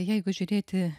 jeigu žiūrėti